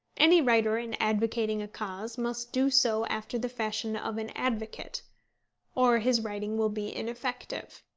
any writer in advocating a cause must do so after the fashion of an advocate or his writing will be ineffective.